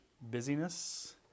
Busyness